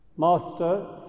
Master